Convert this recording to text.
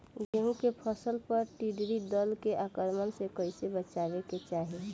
गेहुँ के फसल पर टिड्डी दल के आक्रमण से कईसे बचावे के चाही?